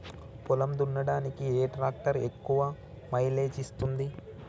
పొలం దున్నడానికి ఏ ట్రాక్టర్ ఎక్కువ మైలేజ్ ఇస్తుంది?